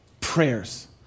prayers